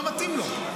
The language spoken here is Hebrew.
לא מתאים לו.